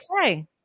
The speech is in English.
Okay